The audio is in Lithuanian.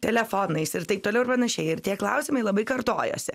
telefonais ir taip toliau ir panašiai ir tie klausimai labai kartojosi